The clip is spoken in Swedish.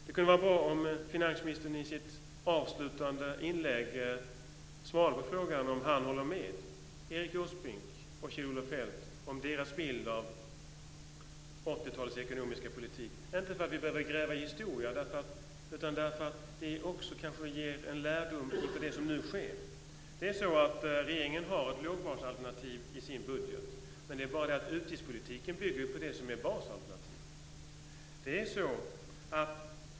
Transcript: Det kunde vara bra om finansministern i sitt avslutande inlägg svarade på frågan om han håller med Erik Åsbrink och Kjell Olof Feldt om deras bild av 80-talets ekonomiska politik, inte därför att vi behöver gräva i historien utan därför att det kanske ger en lärdom inför det som nu sker. Regeringen har ett lågbasalternativ i sin budget. Det är bara det att utgiftspolitiken bygger på det som är basalternativet.